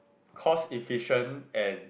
cost efficient and